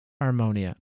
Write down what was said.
Harmonia